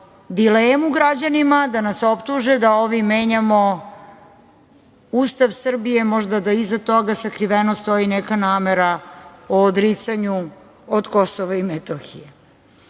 dilemu građanima da nas optuže da ovim menjamo Ustav Srbije, možda da iza toga sakriveno stoji neka namera o odricanju od Kosova i Metohije. Treće,